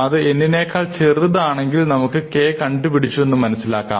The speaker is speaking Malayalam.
അത് n നേക്കാൾ ചെറുതാണെങ്കിൽ നമുക്ക് k കണ്ടുപിടിച്ചു എന്നു മനസ്സിലാക്കാം